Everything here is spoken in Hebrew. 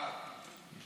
ההצעה להעביר את הנושא